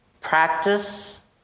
practice